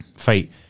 fight